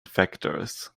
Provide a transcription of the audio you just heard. factors